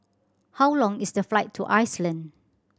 how long is the flight to Iceland